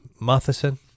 Matheson